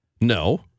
No